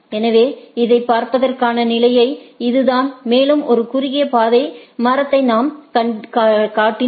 எனவே இதைப் பார்ப்பதற்கான நிலையான வழி இதுதான் மேலும் ஒரு குறுகிய பாதை மரத்தை நாம் கட்டினால்